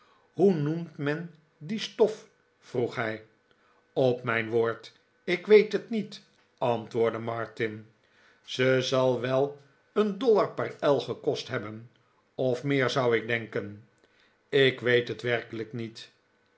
hoe noemt men die stof vroeg hij op mijn woord ik weet het niet antwoordde martin ze zal u wel een dollar per el gekost hebben of meer zou ik denken ik weet het werkelijk niet